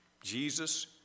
Jesus